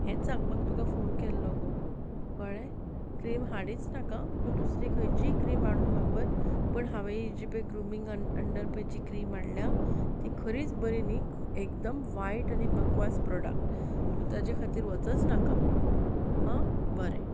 हेंच सांगपाक तुका फोन केल्लो गो कळ्ळें क्रीम हाडीच नाका तूं दुसरी खंयचीय क्रीम हाडून वापर पूण हांवें ही जी पळय ग्रुमींग अन् अंडर पळय जी क्रीम हाडल्या ती खरीच बरी न्हय एकदम वायट आनी बकवास प्रॉडक तूं ताजे खातीर वचच नाका आं बरें